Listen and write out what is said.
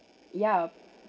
yeah